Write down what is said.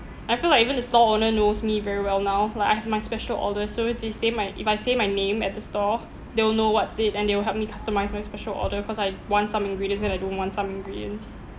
I feel like even the stall owner knows me very well now like I have my special order so it is same like if I say my name at the store they will know what's it and they will help me customise my special order cause I want some ingredients and I don't want some ingredients